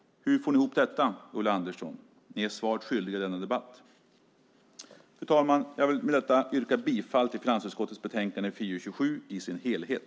Hur får ni ihop detta, Ulla Andersson? Ni är svaret skyldiga i denna debatt. Fru talman! Jag vill med detta yrka bifall till förslaget finansutskottets betänkande FiU27 i sin helhet.